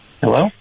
Hello